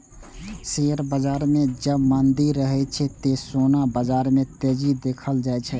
share बाजार मे जब मंदी रहै छै, ते सोना बाजार मे तेजी देखल जाए छै